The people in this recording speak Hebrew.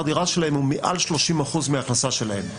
הדירה שלהם הוא מעל 30% מההכנסה שלהם.